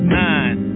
nine